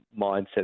mindset